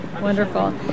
Wonderful